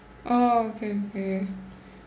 oh okay okay